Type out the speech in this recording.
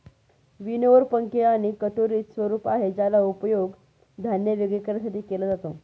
winnower पंखे किंवा कटोरीच स्वरूप आहे ज्याचा उपयोग धान्य वेगळे करण्यासाठी केला जातो